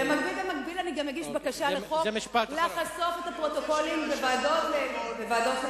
אבל במקביל אני גם אגיש בקשה לחוק לחשוף את הפרוטוקולים בוועדות לחקיקה.